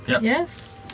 Yes